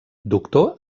doctor